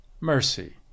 mercy